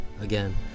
again